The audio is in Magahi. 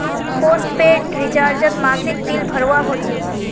पोस्टपेड रिचार्जोत मासिक बिल भरवा होचे